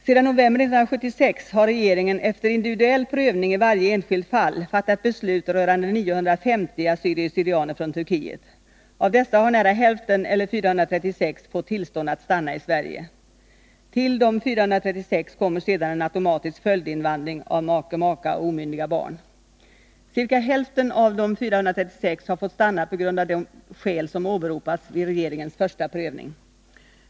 Sedan november 1976 har regeringen efter individuell prövning i varje enskilt fall fattat beslut rörande 950 assyrier maka och omyndiga barn. Ca hälften av de 436 har fått stanna på grund av de skäl som åberopats vid regeringens första prövning.